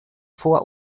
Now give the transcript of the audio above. vor